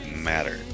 matter